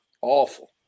awful